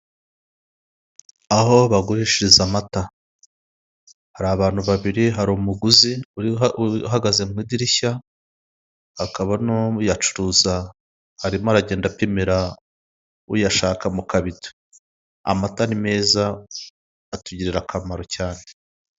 Aho bagurishiriza amata, hari abantu babiri hari umuguzi uri uhagaze mu idirishya, hakaba n'uyacuruza, arimo aragenda apimira uyashaka mu kabido, amata ni meza atugirira akamaro cyane.